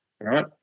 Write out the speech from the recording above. right